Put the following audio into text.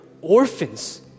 orphans